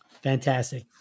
Fantastic